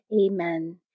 Amen